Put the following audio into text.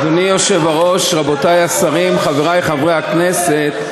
אדוני היושב-ראש, רבותי השרים, חברי חברי הכנסת,